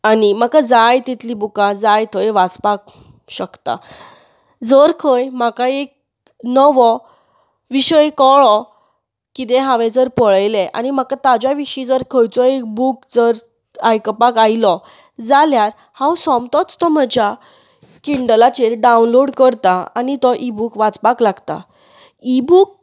आनी म्हाका जाय तितली बुकां जाय थंय वाचपाक शकता जर खंय म्हाका एक नवो विशय कळ्ळो किदें हांवें जर पळयले आनी म्हाका ताज्या विशीं जर खंयचो बुक जर आयकपाक आयलो जाल्यार हांव सोमतोच तो म्हज्या किंडलाचेर डावनलोड करतां आनी तो इ बूक वाचपाक लागता बूक